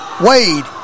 Wade